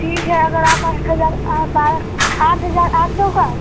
ठीक है अगर आप आठ हज़ार बारह आठ हज़ार आठ सौ का